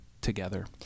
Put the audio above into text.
together